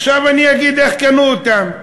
עכשיו אני אגיד איך קנו אותן.